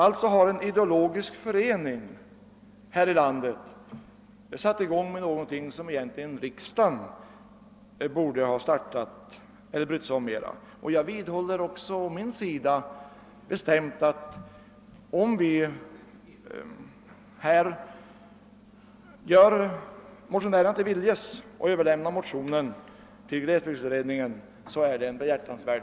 Alltså har en ideell förening här i landet satt i gång någonting som riksdagen egentligen borde ha brytt sig om mera. Jag vidhåller å min sida bestämt att om vi gör motionärerna till viljes och överlämnar motionen till glesbygdsutredningen är det någonting behjärtansvärt.